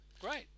Great